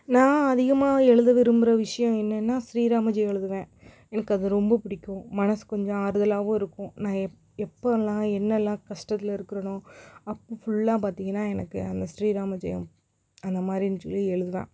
நான் அதிகமாக எழுத விரும்புகிற விஷியம் என்னென்னா ஸ்ரீராமஜெயம் எழுதுவேன் எனக்கு அது ரொம்ப பிடிக்கும் மனசு கொஞ்சம் ஆறுதலாகவும் இருக்கும் நான் எப் எப்போல்லாம் என்னெல்லாம் கஷ்டத்தில் இருக்கிறனோ அப்போ ஃபுல்லாக பார்த்தீங்கன்னா எனக்கு அந்த ஸ்ரீராமஜெயம் அந்த மாதிரின் சொல்லி எழுதுவேன்